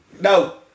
no